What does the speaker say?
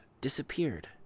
disappeared